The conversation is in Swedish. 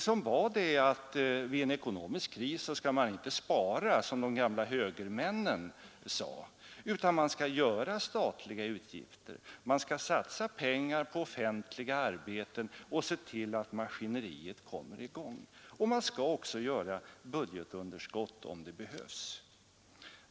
De innebär att man vid en ekonomisk kris inte skall spara, som de gamla högermännen sade, utan man skall göra statliga utgifter, man skall satsa pengar på offentliga arbeten och se till att maskineriet kommer i gång, och man skall också göra budgetunderskott om det behövs.